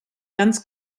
ganz